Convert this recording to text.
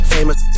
Famous